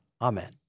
Amen